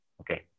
Okay